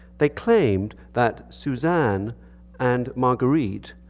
they claimed that suzanne and marguerite,